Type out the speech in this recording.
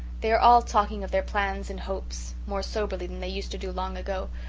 they are all talking of their plans and hopes more soberly than they used to do long ago,